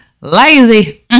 Lazy